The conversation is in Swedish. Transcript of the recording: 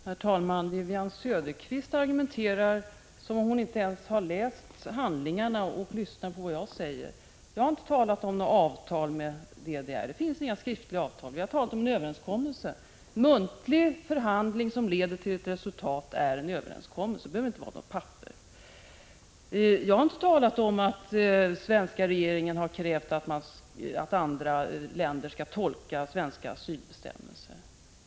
Herr talman! Wivi-Anne Cederqvist argumenterar som om hon inte ens har läst handlingarna eller lyssnat på vad jag sade. Jag har inte talat om något avtal med DDR. Det finns inga skriftliga avtal. Jag har talat om en överenskommelse. Muntlig förhandling som leder till ett resultat är en överenskommelse — det behöver inte vara något papper på det. Jag har inte heller talat om att svenska regeringen har krävt att andra länder skall tolka svenska asylbestämmelser.